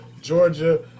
Georgia